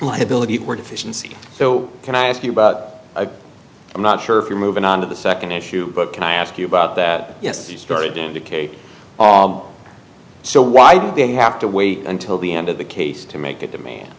liability or deficiency so can i ask you about a i'm not sure if you're moving on to the nd issue but can i ask you about that yes you started indicate so why did they have to wait until the end of the case to make a demand